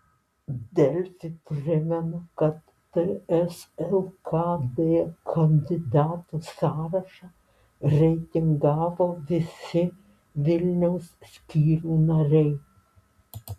delfi primena kad ts lkd kandidatų sąrašą reitingavo visi vilniaus skyrių nariai